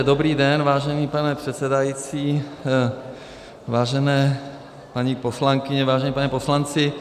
Dobrý den, vážený pane předsedající, vážené paní poslankyně, vážení páni poslanci.